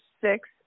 six